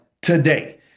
today